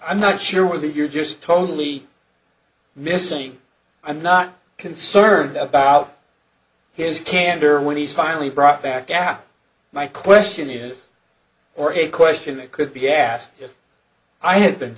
i'm not sure whether you're just totally missing i'm not concerned about his candor when he's finally brought back out my question is or a question that could be asked if i had been